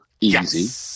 Easy